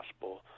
possible